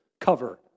Cover